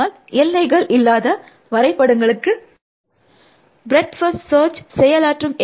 அதனால் எல்லைகள் இல்லாத வரைபடங்களுக்கும் ப்ரெட்த் ஃபர்ஸ்ட் சர்ச் செயலாற்றும்